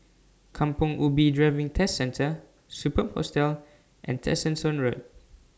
Kampong Ubi Driving Test Centre Superb Hostel and Tessensohn Road